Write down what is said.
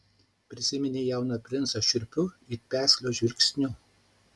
prisiminė jauną princą šiurpiu it peslio žvilgsniu